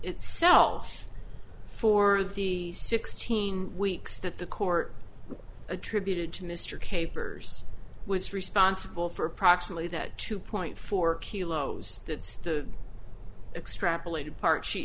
itself for the sixteen weeks that the court attributed to mr capers was responsible for approximately that two point four kilos that's the extrapolated part she